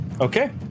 Okay